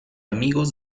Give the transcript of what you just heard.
amigos